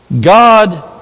God